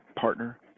partner